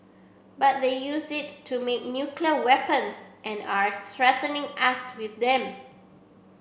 but they use it to make nuclear weapons and are threatening us with them